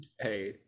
Hey